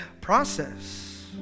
process